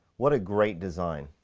what a great design!